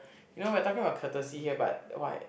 you know we're talking about courtesy here but what